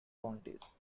counties